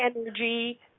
energy